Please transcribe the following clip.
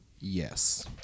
Yes